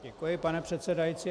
Děkuji, pane předsedající.